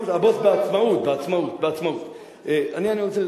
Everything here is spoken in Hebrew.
הבוס בעצמאות, בעצמאות, בעצמאות.